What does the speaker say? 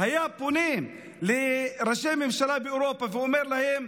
היה פונה לראשי ממשלה באירופה ואומר להם: